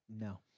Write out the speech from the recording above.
no